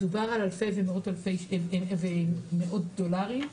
מדובר על אלפי ומאוד דולרים,